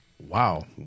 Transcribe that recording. Wow